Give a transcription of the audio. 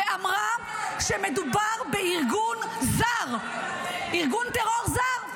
ואמרה שמדובר בארגון זר, ארגון טרור זר.